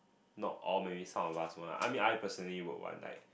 not all maybe some of us want I mean I personally would want like